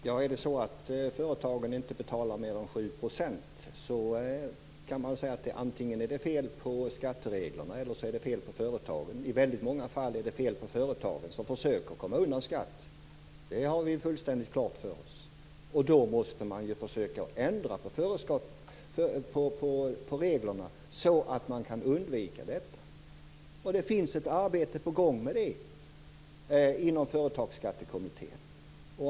Fru talman! Om företagen inte betalar mer än 7 % är det antingen fel på skattereglerna eller fel på företagen. I många fall är det fel på företagen. De försöker komma undan skatt. Det har vi fullständigt klart för oss. Då måste man försöka ändra på reglerna så att man kan undvika detta. Det finns ett arbete på gång inom Företagsskattekommittén.